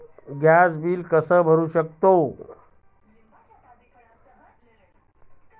Gas bill कसे भरू शकतो?